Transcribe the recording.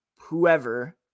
whoever